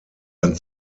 ein